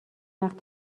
وقت